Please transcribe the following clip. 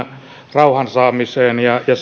rauhan saamisesta ja